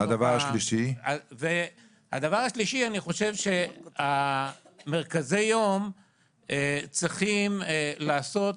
הדבר השלישי, אני חושב שהמרכזי יום צריכים לעשות,